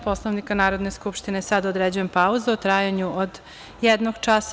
Poslovnika Narodne skupštine, sada određujem pauzu u trajanju od jednog časa.